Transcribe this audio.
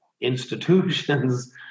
institutions